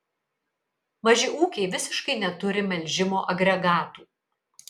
maži ūkiai visiškai neturi melžimo agregatų